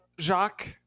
Jacques